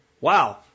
Wow